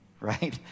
Right